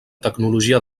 tecnologia